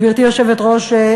גברתי היושבת-ראש,